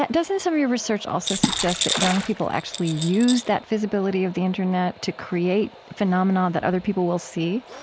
doesn't some of your research also suggest that young people actually use that visibility of the internet to create phenomena that other people will see,